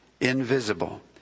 invisible